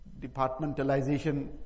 departmentalization